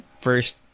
first